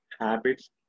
habits